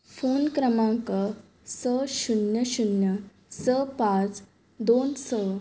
phone क्रमांक स शुन्य शुन्य स पांच दोन स